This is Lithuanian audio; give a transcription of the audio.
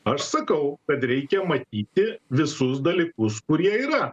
aš sakau kad reikia matyti visus dalykus kurie yra